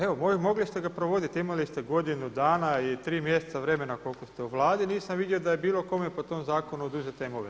Evo mogli ste ga provodite, imali ste godinu dana i tri mjeseca vremena koliko ste u Vladi nisam vidio da je bilo kome po tom zakonu oduzeta imovina.